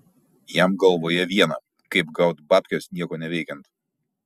jam galvoje viena kaip gaut babkes nieko neveikiant